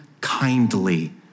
kindly